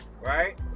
Right